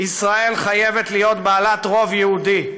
"ישראל חייבת להיות בעלת רוב יהודי.